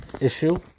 issue